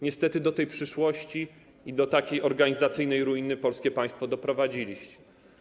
Niestety do tej przyszłości i do takiej organizacyjnej ruiny polskie państwo doprowadziliście.